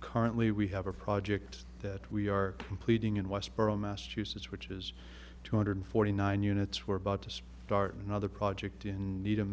currently we have a project that we are completing in westborough massachusetts which is two hundred forty nine units were about to start another project in need